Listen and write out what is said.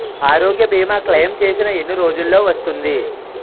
ఆరోగ్య భీమా క్లైమ్ చేసిన ఎన్ని రోజ్జులో వస్తుంది?